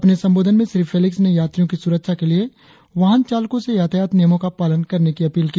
अपने संबोधित में श्री फेलिक्स ने यात्रियों की सुरक्षा के लिए वाहन चालकों से यातायात नियमों का पालन करने की अपील की